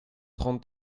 trente